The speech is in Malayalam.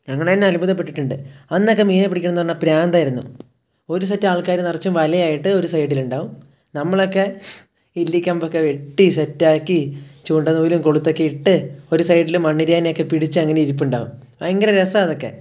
ഞങ്ങൾ തന്നെ അത്ഭുതപ്പെട്ടിട്ടുണ്ട് അന്നൊക്കെ മീനിനെ പിടിക്കണം എന്നു പറഞ്ഞാൽ പിരാന്തായിരുന്നു ഒരു സെറ്റ് ആൾക്കാർ നിറച്ചും വല ആയിട്ട് ഒരു സൈഡിൽ ഉണ്ടാവും നമ്മളൊക്കെ ഇല്ലിക്കമ്പൊക്കെ വെട്ടി സെറ്റാക്കി ചൂണ്ട നൂലും കൊളുത്തുമൊക്കെ ഇട്ട് ഒരു സൈഡിലും മണ്ണിരനെയൊക്കെ പിടിച്ചു അങ്ങനെ ഇരിപ്പുണ്ടാവും ഭയങ്കര രസാണ് അതൊക്കെ